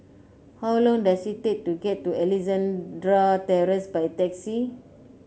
how long does it take to get to Alexandra Terrace by taxi